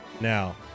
Now